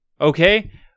Okay